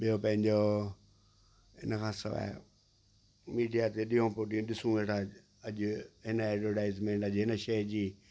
ॿियों पंहिंजो हिन खां सवाइ मीडिया ते ॾियो को ॾियू ॾिसूं वेठा अॼु हिन एडवर्टाइजमेंट अॼु हिन शइ जी